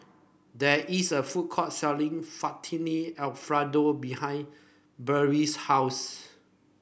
there is a food court selling Fettuccine Alfredo behind Berdie's house